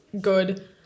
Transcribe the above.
good